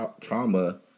trauma